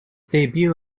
debut